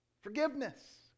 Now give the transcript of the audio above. forgiveness